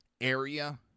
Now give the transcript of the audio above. area